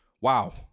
wow